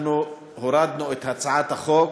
אנחנו הורדנו את הצעת החוק.